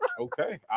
Okay